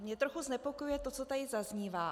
Mě trochu znepokojuje to, co tady zaznívá.